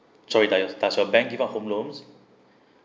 sorry does does your bank give out home loans